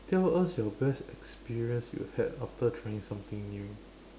tell us your best experience you've had after trying something new